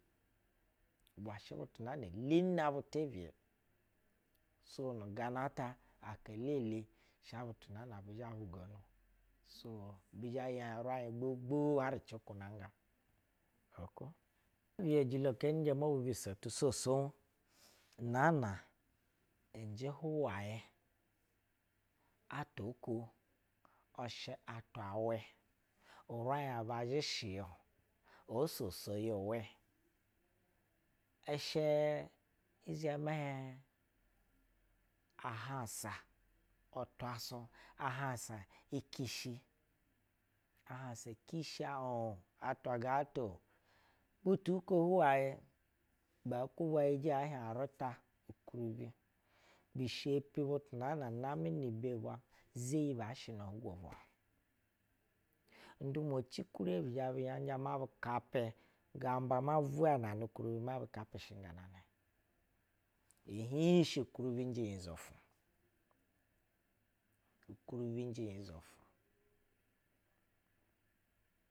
Ubwa shɛ bun a leni nab u tebiye so nu gana ta aka elele sha butu naa na zha huga nu, bi zhɛ ya raiŋ gbogbo har ci kunanga uraiŋ bu. Tiyejilo keni zhɛ ino bu mbiso tu swoy swoy naa na shɛ huwayɛ atwa oko ishɛ atwa wɛ maiŋ ba zhɛ shɛ ya-o ogogo iyi wɛ, i shɛ zhɛmɛ hiɛŋ ahansa utwasu ahansa ici shi. Ahansa cisci u atwa ga ta-o butu ko huwayɛ bɛ kwubɛ ijɛ ɛhiɛh arita kuribi bishepi butu naa na namɛ nu mbe bwa za iyi ba shɛ no lugwo bwa ndumwa cikure bi zhɛ bu hiɛŋ n zhɛ ma bu kapɛ, gamba ma vwanane ukuribi mabu kapɛ. Ihiŋ shɛ ukuribi yi fu, ukuribi nyizofu.